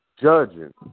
judging